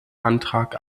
antrag